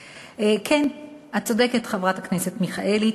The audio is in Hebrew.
כן, את צודקת, חברת הכנסת מיכאלי.